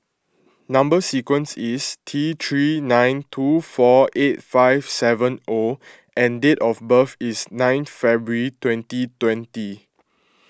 Number Sequence is T three nine two four eight five seven O and date of birth is nine February twenty twenty